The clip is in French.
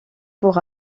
pour